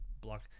block